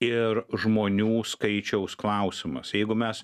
ir žmonių skaičiaus klausimas jeigu mes